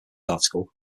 article